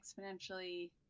exponentially